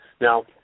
Now